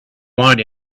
want